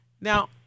Now